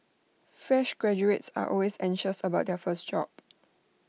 fresh graduates are always anxious about their first job